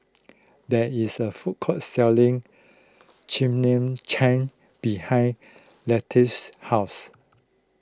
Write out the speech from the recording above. there is a food court selling Chimichangas behind Leatrice's house